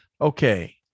Okay